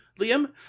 Liam